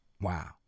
wow